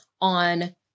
on